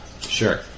Sure